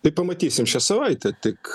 tai pamatysim šią savaitę tik